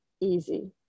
easy